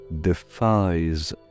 defies